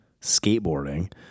skateboarding